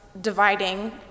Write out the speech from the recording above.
dividing